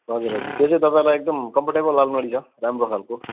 हजुर हजुर त्यो चाहिँ तपाईँलाई एकदम कम्फोर्टेबल आलमारी छ राम्रो खालको